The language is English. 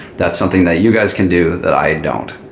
that's something that you guys can do that i don't.